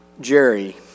Jerry